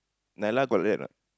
Nailah got like that or not